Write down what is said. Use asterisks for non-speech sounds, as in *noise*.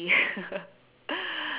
*laughs*